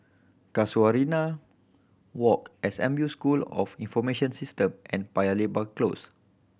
Casuarina Walk S M U School of Information System and Paya Lebar Close